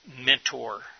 mentor